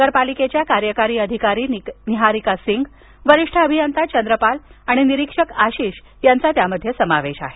नगरपालिकेच्या कार्यकारी अधिकारी निहारिका सिंग वरिष्ठ अभियंता चंद्रपाल आणि निरीक्षक आशिष यांचा त्यात समावेश आहे